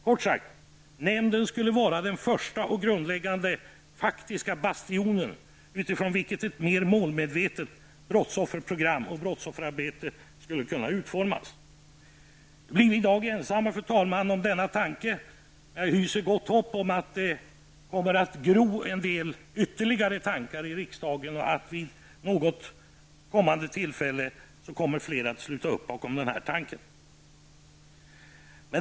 Kort sagt, nämnden skulle vara den första och grundläggande bastionen utifrån vilken ett mer målmedvetet brottsofferprogram och brottsofferarbete skulle kunna utformas. Nu blir vi i dag, fru talman, ensamma om denna tanke, men jag hyser gott hopp om att en del ytterligare tankar kommer att gro i riksdagen och att fler vid något senare tillfälle kommer att sluta upp bakom denna tanke.